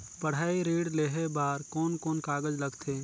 पढ़ाई ऋण लेहे बार कोन कोन कागज लगथे?